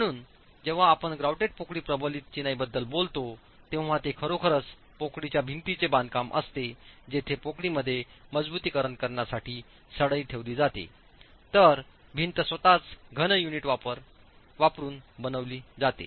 म्हणून जेव्हा आपण ग्राउटेड पोकळी प्रबलित चिनाईबद्दल बोलतो तेव्हा ते खरोखरच पोकळीच्या भिंतींचे बांधकाम असते जेथे पोकळीमध्ये मजबुतीकरण करण्यासाठी सळई ठेवले जाते तर भिंत स्वतःच घन युनिट वापरुन बनविली जाते